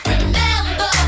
Remember